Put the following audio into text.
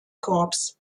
korps